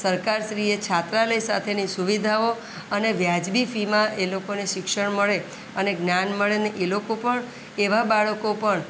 સરકાર શ્રીએ છાત્રાલય સાથેની સુવિધાઓ અને વ્યાજબી ફીમાં એ લોકોને શિક્ષણ મળે અને જ્ઞાન મળે અને એ લોકો પણ એવા બાળકો પણ